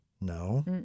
no